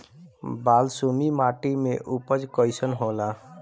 बालसुमी माटी मे उपज कईसन होला?